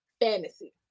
fantasy